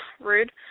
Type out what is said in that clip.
Rude